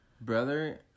Brother